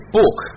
book